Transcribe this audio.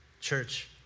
Church